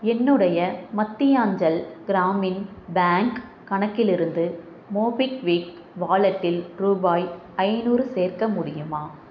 என்னுடைய மத்தியான்ச்சல் கிராமின் பேங்க் கணக்கிலிருந்து மோபிக்விக் வாலெட்டில் ரூபாய் ஐநூறு சேர்க்க முடியுமா